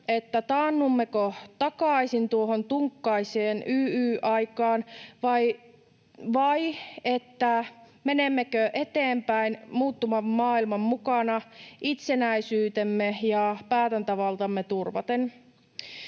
siitä, taannummeko takaisin tuohon tunkkaiseen YYA-aikaan vai menemmekö eteenpäin muuttuvan maailman mukana itsenäisyytemme ja päätäntävaltamme turvaten.